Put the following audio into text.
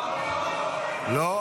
לא?